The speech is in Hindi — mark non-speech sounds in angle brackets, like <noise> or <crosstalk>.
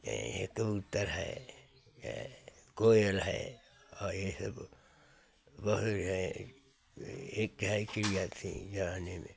ये यही कबूतर है कोयल है और ये सब यही है एक यही चिड़िया थी <unintelligible>